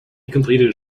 completed